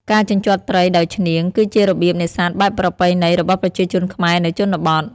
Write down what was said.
ការជញ្ជាត់ត្រីដោយឈ្នាង គឺជារបៀបនេសាទបែបប្រពៃណីរបស់ប្រជាជនខ្មែរនៅជនបទ។